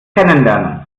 kennenlernen